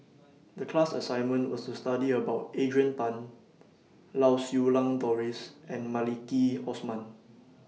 The class assignment was to study about Adrian Tan Lau Siew Lang Doris and Maliki Osman